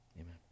amen